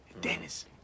Dennis